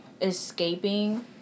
escaping